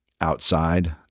outside